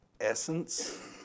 essence